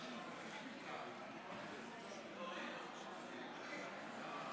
להלן תוצאות ההצבעה: בעד,